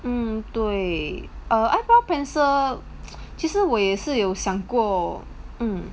mm 对 err eyebrow pencil 其实我也是有想过